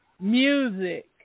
music